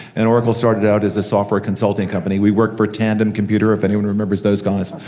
and oracle started out as a software consulting company. we worked for tandem computer if anyone remembers those guys,